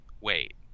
wait